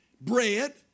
bread